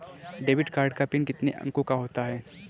Debit card का PIN कितने अंकों का होता है?